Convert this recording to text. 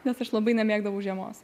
nes aš labai nemėgdavau žiemos